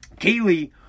Kaylee